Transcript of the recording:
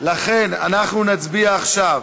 מנואל טרכטנברג,